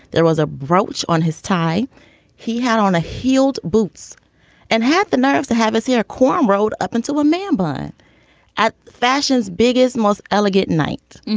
there was a brooch on his tie he had on a heeled boots and had the nerve to have us here. kwame rode up until a man by at fashion's biggest most elegant night.